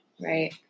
Right